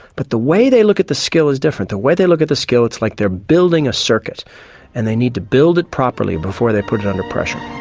but the way they look at the skill is different, the way they look at the skill it's like they are building a circuit and they need to build it properly before they put in under pressure.